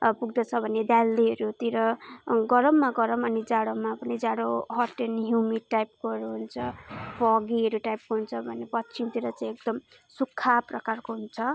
पुग्दछ भने दिल्लीहरूतिर गरममा गरम अनि जाडोमा पनि जाडोमा हट एन्ड ह्युमिड टाइपकोहरू हुन्छ फगीहरू टाइपको हुन्छ भने पश्चिमतिर चाहिँ एकदम सुक्खा प्रकारको हुन्छ